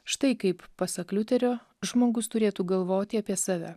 štai kaip pasak liuterio žmogus turėtų galvoti apie save